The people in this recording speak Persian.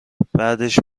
بعدش